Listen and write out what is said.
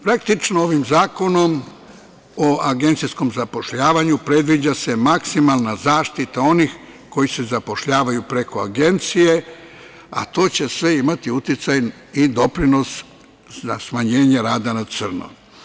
Praktično, ovim Zakonom o agencijskom zapošljavanju predviđa se maksimalna zaštita onih koji se zapošljavaju preko agencije, a to će sve imati uticaj i doprinos za smanjenje rada na crno.